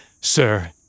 sir